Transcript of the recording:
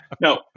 No